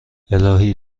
الهی